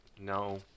No